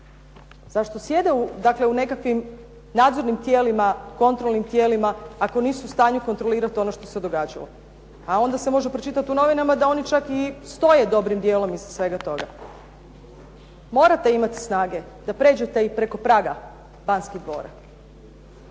Zašto sjede u nekakvim nadzornim tijelima, kontrolnim tijelima ako nisu u stanju kontrolirati ono što se događalo. A onda se može pročitati u novinama da oni čak i stoje dobrim dijelom iza svega stoga. Morate imati snage da pređete i preko praga Banskih dvora.